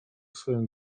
swoją